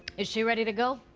is she ready to go?